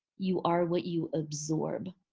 you are what you absorb.